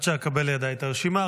עד שאקבל לידיי את הרשימה,